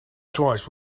twice